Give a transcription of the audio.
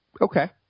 Okay